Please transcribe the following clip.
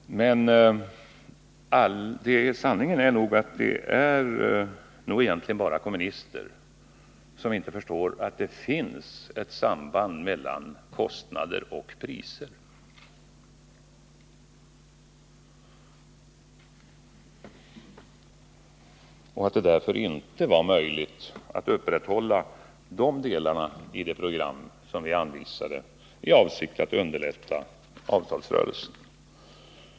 Men sanningen är nog den att det egentligen bara är kommunister som inte förstår att det finns ett samband mellan kostnader och priser och att det därför inte blev möjligt att upprätthålla de delarna i det program som vi anvisade i avsikt att underlätta avtalsrörelsen.